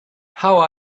how